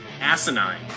asinine